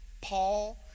Paul